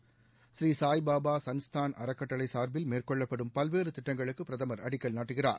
பூரீ சாய் பாபா சன்ஸ்தான் அறக்கட்டளை சாா்பில் மேற்கொள்ளப்படும் பல்வேறு திட்டங்களுக்கு பிரதமர் அடிக்கல் நாட்டுகிறார்